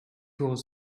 was